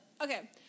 Okay